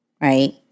right